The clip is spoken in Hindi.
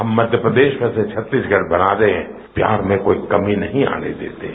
हम मध्य प्रदेश में से छत्तीसगढ़ बना दें प्यार में कोई कमी नही आने देते हैं